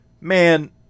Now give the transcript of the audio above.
man